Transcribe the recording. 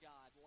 God